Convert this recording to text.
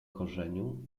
korzeniu